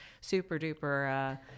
super-duper